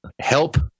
help